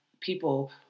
people